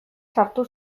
sartu